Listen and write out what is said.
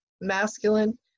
masculine